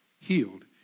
healed